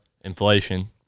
inflation